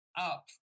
up